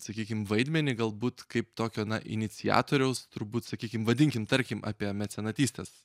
sakykim vaidmenį galbūt kaip tokio na iniciatoriaus turbūt sakykim vadinkim tarkim apie mecenatystės